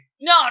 No